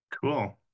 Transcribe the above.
Cool